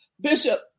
Bishop